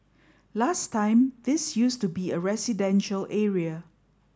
last time this used to be a residential area